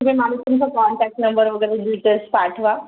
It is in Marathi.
म्हणजे मला तुमचा कॉन्टॅक्ट नंबर वगैरे डीटेल्स पाठवा